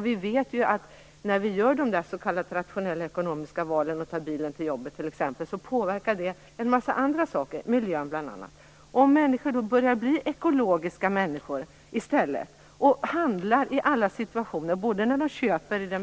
Vi vet ju att när vi gör dessa s.k. rationella ekonomiska val och t.ex. tar bilen till jobben, påverkar det en massa andra saker, bl.a. miljön. Tänk om människor börjar tänka ekologiskt i stället och handlar efter det i alla situationer, när det köper saker,